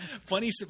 Funny